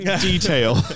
detail